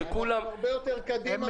מודל.